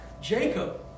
Jacob